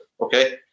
okay